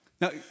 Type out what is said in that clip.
Now